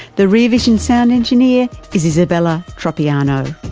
the rear vision sound engineer is isabella tropiano.